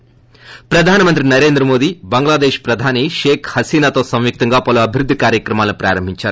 ి ప్రధాన మంత్రి నరేంద్ర మోదీ బంగ్లాదేశ్ ప్రధాని షేక్ హసీనాతో సంయుక్తంగా పలు అభివృద్ది కార్యక్రమాలను ప్రారంభించారు